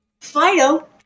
Fido